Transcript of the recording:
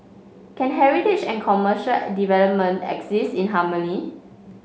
can heritage and commercial development exist in harmony